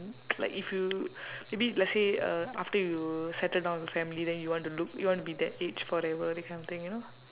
like if you maybe let's say uh after you settle down with your family then you want to look you want to be that age forever that kind of thing you know